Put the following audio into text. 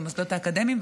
במוסדות האקדמיים.